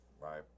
right